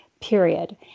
period